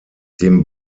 dem